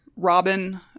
robin